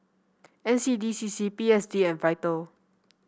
N C D C C P S D and Vital